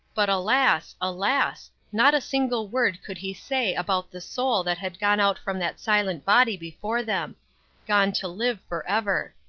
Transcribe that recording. but alas, alas! not a single word could he say about the soul that had gone out from that silent body before them gone to live forever.